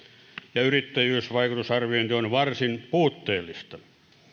ja yrittäjyysvaikutusarviointi on varsin puutteellista